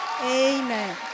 Amen